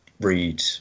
read